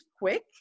quick